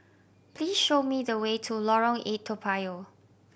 please show me the way to Lorong Eight Toa Payoh